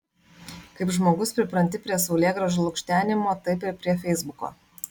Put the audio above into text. kaip žmogus pripranti prie saulėgrąžų lukštenimo taip ir prie feisbuko